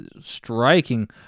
striking